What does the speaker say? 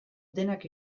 denak